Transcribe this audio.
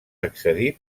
accedir